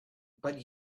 but